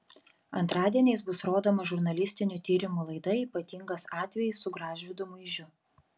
antradieniais bus rodoma žurnalistinių tyrimų laida ypatingas atvejis su gražvydu muižiu